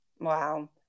Wow